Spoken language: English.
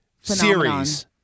series